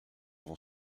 vont